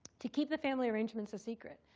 to keep the family arrangements a secret,